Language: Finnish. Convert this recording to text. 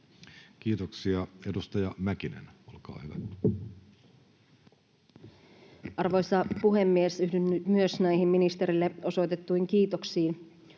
Kiitoksia. — Edustaja Mäkinen, olkaa hyvä. Arvoisa puhemies! Yhdyn myös näihin ministerille osoitettuihin kiitoksiin